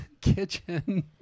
kitchen